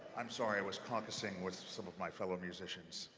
i'm sorry. i was caucusing with some of my fellow musicians.